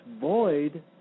void